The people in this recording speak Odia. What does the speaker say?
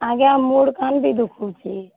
ଆଜ୍ଞା ମୁଡ଼୍ କାନ୍ ବି ଦୁଖଉଛେ